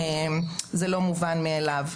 זה לא מובן מאליו.